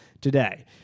today